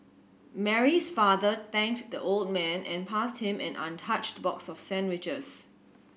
Mary's father thanked the old man and passed him an untouched box of sandwiches